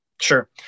Sure